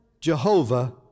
Jehovah